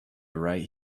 right